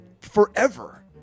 forever